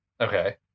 Okay